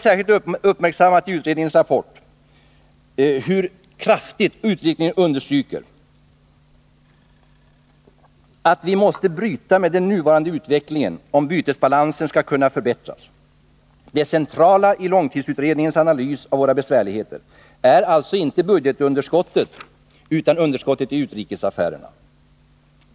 Särskilt uppmärksammad i utredningens rapport har varit en beräkning av hur kraftigt vi måste bryta med den nuvarande utvecklingen, om bytesbalansen skall förbättras. Det centrala i långtidsutredningens analys av våra besvärligheter är alltså inte budgetunderskottet utan underskottet i utrikesaffärerna.